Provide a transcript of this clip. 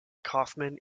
kaufman